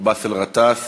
באסל גטאס